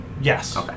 yes